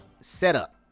setup